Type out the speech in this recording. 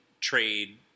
trade